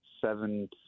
seven